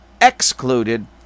excluded